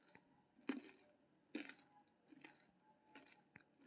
पारंपरिक फसल सुधार, जेनेटिक इंजीनियरिंग आ जीनोम एडिटिंग सं आनुवंशिक संशोधन होइ छै